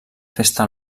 festa